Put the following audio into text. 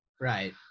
Right